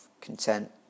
content